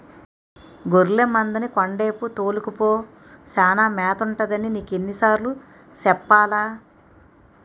గొర్లె మందని కొండేపు తోలుకపో సానా మేతుంటదని నీకెన్ని సార్లు సెప్పాలా?